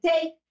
take